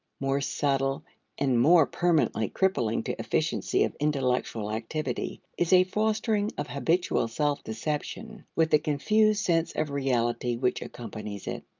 more subtle and more permanently crippling to efficiency of intellectual activity is a fostering of habitual self-deception, with the confused sense of reality which accompanies it.